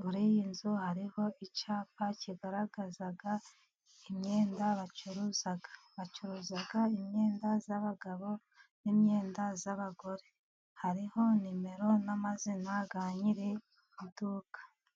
Muri iyi nzu hariho icyapa kigaragaza imyenda bacuruza, bacuruza imyenda y'abagabo n'imyenda y'abagore, hariho nimero n'amazina ya nyiri iduka.